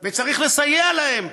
וצריך לסייע להם,